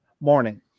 morning